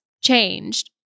changed